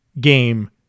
game